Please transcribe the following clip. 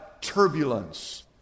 turbulence